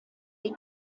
die